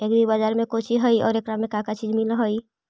Agri बाजार कोची हई और एकरा में का का चीज मिलै हई?